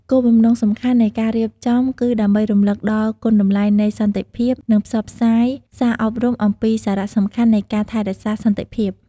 គោលបំណងសំខាន់នៃការរៀបចំគឺដើម្បីរំលឹកដល់គុណតម្លៃនៃសន្តិភាព និងផ្សព្វផ្សាយសារអប់រំអំពីសារៈសំខាន់នៃការថែរក្សាសន្តិភាព។